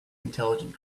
intelligent